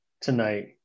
tonight